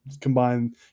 combine